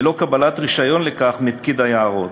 בלא קבלת רישיון לכך מפקיד היערות.